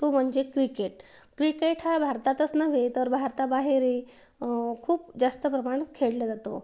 तो म्हणजे cricket cricket हा भारतातच नव्हे तर भारताबाहेरही खूप जास्त प्रमाणात खेळला जातो